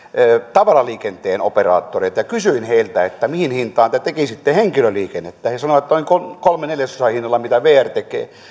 tavaraliikenteen operaattoreita ja kysyin heiltä mihin hintaan te tekisitte henkilöliikennettä he sanoivat että noin kolmen neljäsosan hinnalla siitä mitä vr tekee